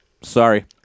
sorry